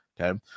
okay